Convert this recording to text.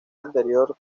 anterior